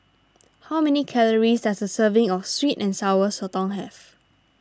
how many calories does a serving of Sweet and Sour Sotong have